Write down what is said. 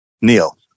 Neil